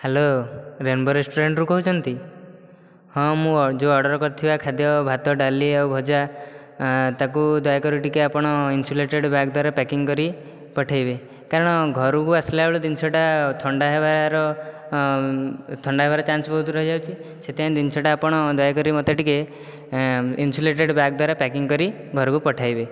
hello rainbow ରେଷ୍ଟୁରାଣ୍ଟରୁ କହୁଛନ୍ତି ହଁ ମୁଁ ଯେଉଁ ଅର୍ଡ଼ର କରିଥିବା ଖାଦ୍ୟ ଭାତ ଡାଲି ଆଉ ଭଜା ତାକୁ ଦୟାକରି ଟିକେ ଆପଣ ଇନ୍ସୁଲେଟେଡ଼ ବ୍ୟାଗ ଦ୍ୱାରା ପ୍ୟାକିଂ କରିବେ ପଠାଇବେ କାରଣ ଘରକୁ ଆସିଲାବେଳକୁ ଜିନିଷଟା ଥଣ୍ଡା ହେବାର ଥଣ୍ଡା ହେବାର ଚାନ୍ସ ବହୁତ ରହିଯାଉଛି ସେଥିପାଇଁ ଜିନିଷଟା ଆପଣ ଦୟାକରି ମୋତେ ଟିକେ ଇନ୍ସୁଲେଟେଡ଼ ବ୍ୟାଗ ଦ୍ୱାରା ପ୍ୟାକିଂ କରି ଘରକୁ ପଠାଇବେ